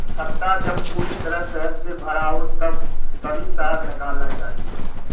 छत्ता जब पूरी तरह शहद से भरा हो तभी शहद निकालना चाहिए